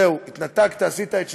זהו, התנתקת, עשית את שלך,